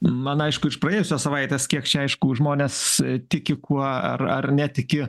man aišku iš praėjusios savaitės kiek čia aišku žmonės tiki kuo ar ar netiki